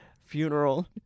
Funeral